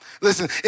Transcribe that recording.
Listen